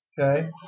Okay